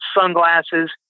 sunglasses